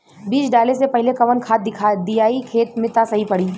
बीज डाले से पहिले कवन खाद्य दियायी खेत में त सही पड़ी?